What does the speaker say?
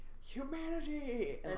humanity